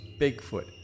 Bigfoot